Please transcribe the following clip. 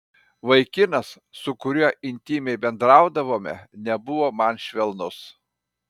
vaikinas su kuriuo intymiai bendraudavome nebuvo man švelnus